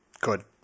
Good